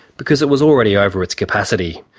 because it was already over its capacity.